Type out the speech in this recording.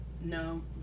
No